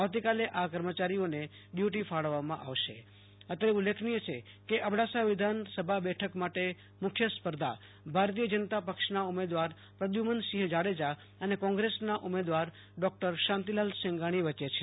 આવતીકાલે આ કર્મચારીઓને ડ્યુ ટી ફાળવવામાં આવશે અત્રે ઉલ્લેખનીય છે કે અબડાસા વિધાન સભા બેઠક માટે મુખ્ય સ્પર્ધા ભારતીય જનતા પક્ષના ઉમેદવાર પ્રધ્યુ મનસિંહ જાડેજા અને કોંગ્રેસના ઉમેદવાર ડોશાંતિલાલ સેંઘાણી વચ્ચે છે